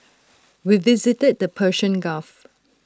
we visited the Persian gulf